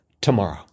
tomorrow